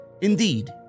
Indeed